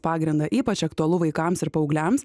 pagrindą ypač aktualu vaikams ir paaugliams